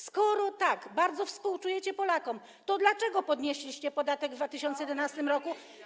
Skoro tak bardzo współczujecie Polakom, to dlaczego podnieśliście podatek w 2011 r.